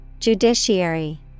Judiciary